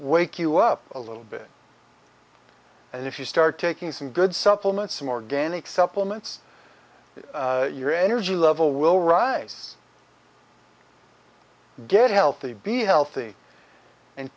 wake you up a little bit and if you start taking some good supplements some organic supplements your energy level will rise get healthy be healthy and